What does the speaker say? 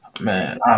Man